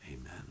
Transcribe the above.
Amen